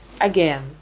Again